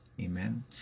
Amen